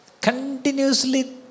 continuously